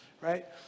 right